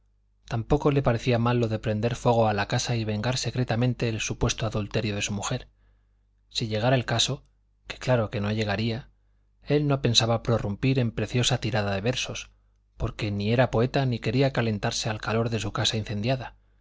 tampoco le parecía mal lo de prender fuego a la casa y vengar secretamente el supuesto adulterio de su mujer si llegara el caso que claro que no llegaría él no pensaba prorrumpir en preciosa tirada de versos porque ni era poeta ni quería calentarse al calor de su casa incendiada